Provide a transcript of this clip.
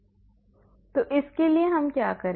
yn1 yn h fxn yn तो हम क्या करें